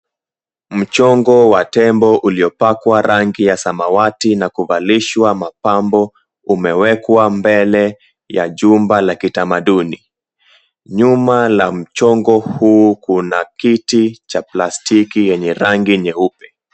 Mchongo wa tembo uliopakwa rangi ya samawati na kuvalishwa mapambo umewekwa mbele ya jumba la kitamaduni. Nyuma la mchongo huu kuna kiti cha plastiki yenye rangi nyeupe.